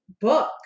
book